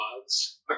gods